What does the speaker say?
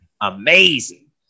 amazing